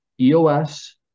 EOS